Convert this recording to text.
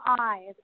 eyes